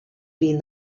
been